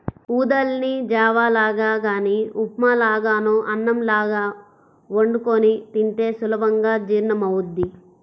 ఊదల్ని జావ లాగా గానీ ఉప్మా లాగానో అన్నంలాగో వండుకొని తింటే సులభంగా జీర్ణమవ్వుద్ది